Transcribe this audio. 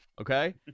okay